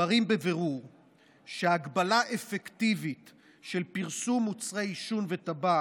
מראים בבירור שהגבלה אפקטיבית של פרסום מוצרי עישון וטבק